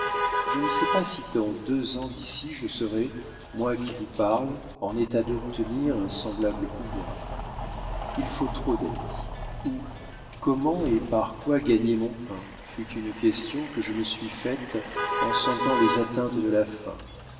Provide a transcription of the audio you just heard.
je ne sais pas si dans deux ans d'ici je serai moi qui vous parle en état d'obtenir un semblable pouvoir il faut trop d'amis où comment et par quoi gagner mon pain fut une question que je me suis faite en sentant les atteintes de la faim